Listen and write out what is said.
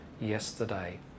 yesterday